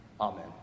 Amen